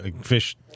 Fish